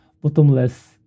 bottomless